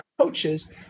coaches